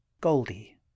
Goldie